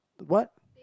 what